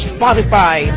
Spotify